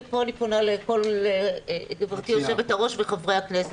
ופה אני פונה לגבירתי היו"ר וחברי הכנסת.